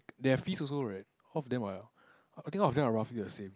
there are fees also right of them well I think all of them roughly the same